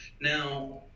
Now